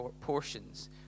portions